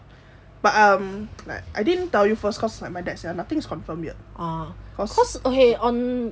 but um I didn't tell you first cause like my dad said nothing's confirm yet